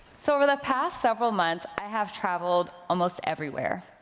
so over the past several months, i have travelled almost everywhere.